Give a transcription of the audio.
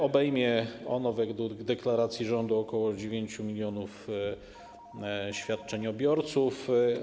Obejmie ono według deklaracji rządu ok. 9 mln świadczeniobiorców.